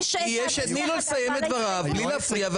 תנו לו לסיים את דבריו בלי להפריע.